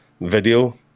video